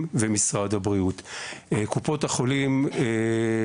קופות החולים ומשרד הבריאות.